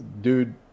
Dude